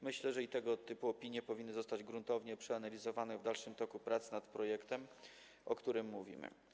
Myślę, że i tego typu opinie powinny zostać gruntownie przeanalizowane w dalszym toku prac nad projektem, o którym mówimy.